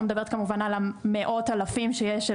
אני לא מדברת כמובן על מאות האלפים שיש של